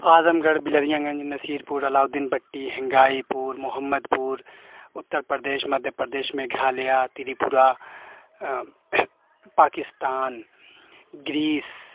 اعظم گڑھ Bilariyaganj Nasirpur Alauddin بٹی Hangaipur Mohammadpur Uttar Pradesh Madhya Pradesh Meghalaya Tripura Pakistan grease